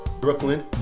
Brooklyn